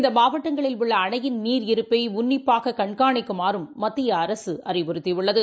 இந்தமாவட்டங்களில் உள்ளஅணயின் நீர் இருப்பைஉன்னிப்பாககண்காணிக்குமாறும் மத்தியஅரசுஅறிவுறுத்திடள்ளது